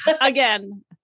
again